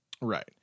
Right